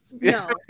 No